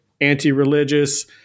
anti-religious